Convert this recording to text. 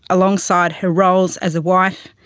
alongside her roles as a wife,